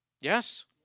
Yes